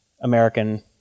American